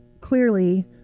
clearly